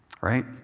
right